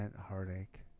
heartache